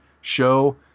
show